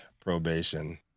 probation